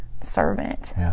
servant